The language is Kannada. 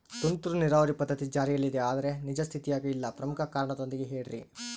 ತುಂತುರು ನೇರಾವರಿ ಪದ್ಧತಿ ಜಾರಿಯಲ್ಲಿದೆ ಆದರೆ ನಿಜ ಸ್ಥಿತಿಯಾಗ ಇಲ್ಲ ಪ್ರಮುಖ ಕಾರಣದೊಂದಿಗೆ ಹೇಳ್ರಿ?